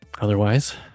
Otherwise